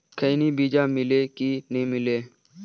खैनी बिजा मिले कि नी मिले?